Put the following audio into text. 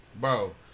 bro